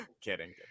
kidding